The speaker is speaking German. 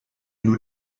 nur